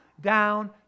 down